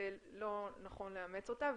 שלא נכון לאמץ אותה,